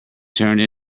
turned